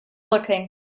looking